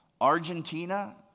Argentina